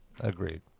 agreed